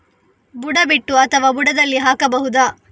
ಬುಡ ಬಿಟ್ಟು ಅಥವಾ ಬುಡದಲ್ಲಿ ಹಾಕಬಹುದಾ?